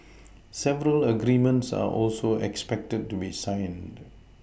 several agreements are also expected to be signed